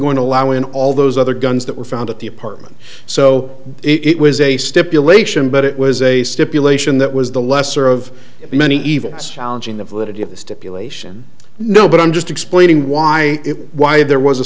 going to allow in all those other guns that were found at the apartment so it was a stipulation but it was a stipulation that was the lesser of many evils challenging the validity of the stipulation no but i'm just explaining why it why there was a